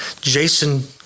Jason